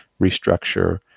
restructure